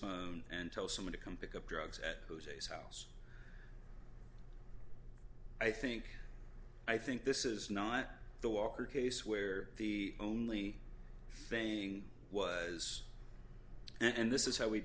smile and tell someone to come pick up drugs at jose's house i think i think this is not the walker case where the only thing was and this is how we